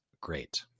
great